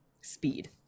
speed